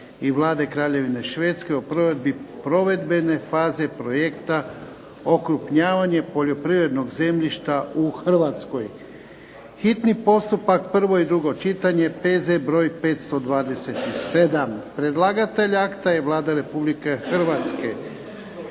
i Vlade Kraljevine Švedske o provedbi provedbene faze projekta "Okrupnjavanje poljoprivrednog zemljišta u Hrvatskoj", hitni postupak, prvo i drugo čitanje, P.Z. br. 527 Predlagatelj akta je Vlada Republike Hrvatske.